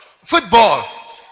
Football